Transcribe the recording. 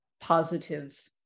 positive